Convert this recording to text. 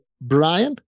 Brian